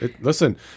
listen